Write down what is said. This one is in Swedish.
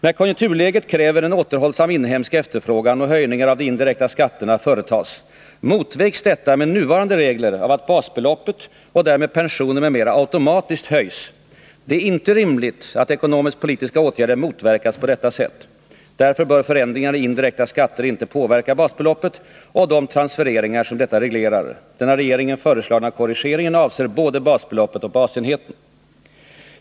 När konjunkturläget kräver en återhållsam inhemsk efterfrågan och höjningar av de indirekta skatterna företas, motvägs detta med nuvarande regler av att basbeloppet och därmed pensioner m.m. automatiskt höjs. Det är inte rimligt att ekonomisk-politiska åtgärder motverkas på detta sätt. Därför bör förändringar i indirekta skatter inte påverka basbeloppet och de transfereringar som detta reglerar. Den av regeringen föreslagna korrigeringen avser både basbeloppet och basenheten.